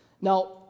Now